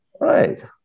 Right